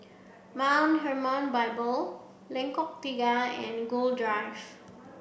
Mount Hermon Bible Lengkok Tiga and Gul Drive